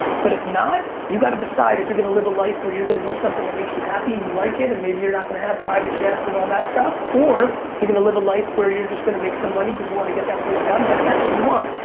but if not, you gotta decide if you're gonna live a life where you're gonna do something that makes you happy and you like it and maybe you're not gonna have private jets and all that stuff or you're gonna live a life where you're just gonna make some money cause you want to get that place up and that's what you want.